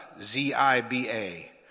Z-I-B-A